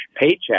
paycheck